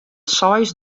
seis